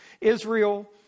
Israel